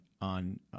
on